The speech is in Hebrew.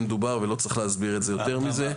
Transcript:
מדובר ולא צריך להסביר את זה יותר מזה.